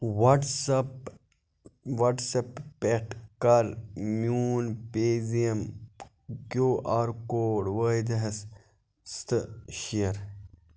واٹٕس up WhatsApp پٮ۪ٹھ کَر میٛون پے زِیم کیٛوٗ آر کوڈ وٲحدہَس سٍتۍ شِیر